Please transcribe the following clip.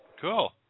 Cool